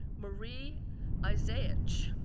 marie isaic.